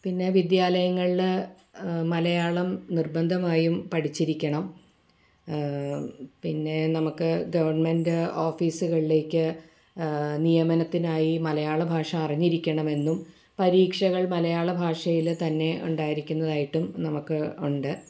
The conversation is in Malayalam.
പിന്നെ വിദ്യാലയങ്ങളിൽ മലയാളം നിർബന്ധമായും പഠിച്ചിരിക്കണം പിന്നെ നമുക്ക് ഗവെൺമെൻറ്റ് ഓഫീസികളിലേക്ക് നിയമനത്തിനായി മലയാള ഭാഷ അറിഞ്ഞിരിക്കണമെന്നും പരീക്ഷകൾ മലയാളഭാഷയില് തന്നെ ഉണ്ടായിരിക്കുന്നതായിട്ടും നമുക്ക് ഉണ്ട്